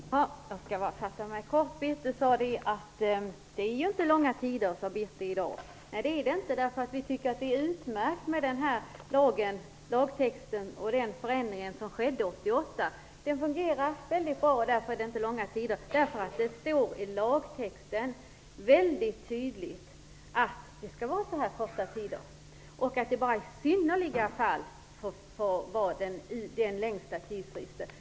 Fru talman! Jag skall fatta mig kort. Birthe sade att det i dag inte är långa tider. Nej, det är det inte. Vi tycker att den förändring som skedde 1988 är utmärkt. Dagens lagtext fungerar väldigt bra, och därför är det inte långa tider. Det står väldigt tydligt i lagtexten att tiderna skall vara så här korta och att den längsta tidsfristen bara får komma i fråga i synnerliga fall.